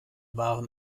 waren